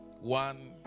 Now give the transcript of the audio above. One